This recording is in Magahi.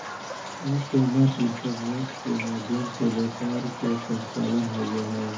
ई कॉमर्स इंटरनेट के माध्यम से व्यापार के संचालन होबा हइ